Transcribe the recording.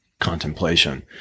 Contemplation